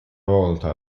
volta